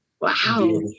wow